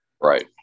Right